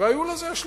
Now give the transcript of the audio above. והיו לזה השלכות.